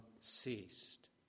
ceased